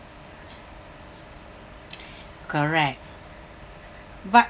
correct but